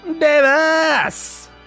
Davis